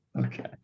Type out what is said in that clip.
Okay